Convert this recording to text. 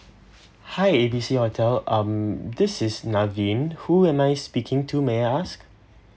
hi A B C hotel um this is naveen who am I speaking to may I ask